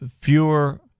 fewer